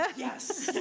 yeah yes.